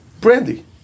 Brandy